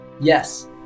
Yes